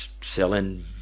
selling